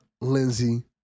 Lindsay